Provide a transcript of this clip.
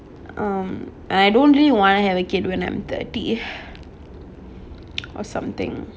um I don't really want to have a kid when i'm thirty or something